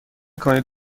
کنید